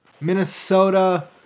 Minnesota